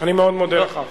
אני מאוד מודה לך.